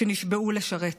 שנשבעו לשרת.